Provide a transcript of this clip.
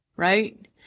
Right